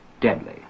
deadly